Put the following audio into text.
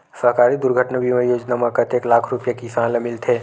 सहकारी दुर्घटना बीमा योजना म कतेक लाख रुपिया किसान ल मिलथे?